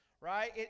Right